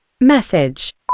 message